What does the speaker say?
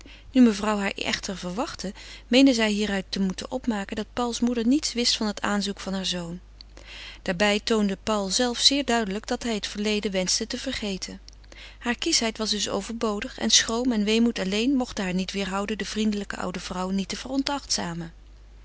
nu mevrouw haar echter verwachtte meende zij hieruit te moeten opmaken dat pauls moeder niets wist van het aanzoek haars zoons daarbij toonde paul zelve zeer duidelijk dat hij het verleden wenschte te vergeten hare kieschheid was dus overbodig en schroom en weemoed alleen mochten haar niet weêrhouden de vriendelijke oude vrouw niet te